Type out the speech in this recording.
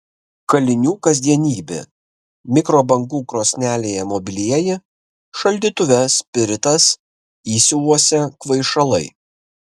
kalinių kasdienybė mikrobangų krosnelėje mobilieji šaldytuve spiritas įsiuvuose kvaišalai